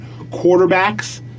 quarterbacks